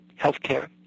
healthcare